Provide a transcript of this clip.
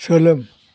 सोलों